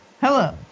hello